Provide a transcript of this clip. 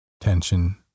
tension